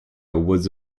was